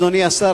אדוני השר,